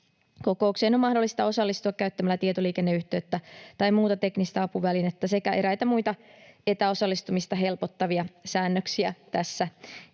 kokoukseen on mahdollista osallistua käyttämällä tietoliikenneyhteyttä tai muuta teknistä apuvälinettä, sekä eräitä muita etäosallistumista helpottavia säännöksiä.